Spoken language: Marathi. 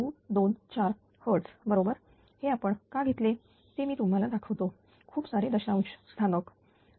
0235294 Hz बरोबर हे आप का घेतले ते मी तुम्हाला दाखवतो खूप सारे दशांश ठिकाणी